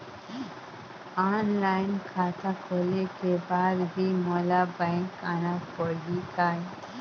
Online खाता खोले के बाद भी मोला बैंक आना पड़ही काय?